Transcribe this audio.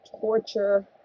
torture